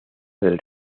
del